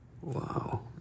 Wow